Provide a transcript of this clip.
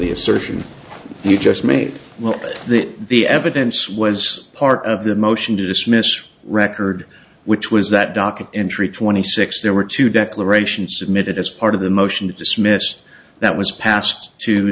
assertion you just made the the evidence was part of the motion to dismiss record which was that docket entry twenty six there were two declaration submitted as part of the motion to dismiss that was passed to